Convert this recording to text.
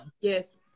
Yes